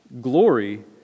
glory